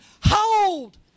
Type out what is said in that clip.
hold